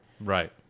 Right